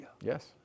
Yes